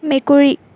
মেকুৰী